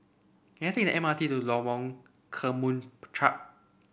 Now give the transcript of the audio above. can I take the M R T to Lorong Kemunchup